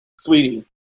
sweetie